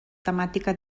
temàtica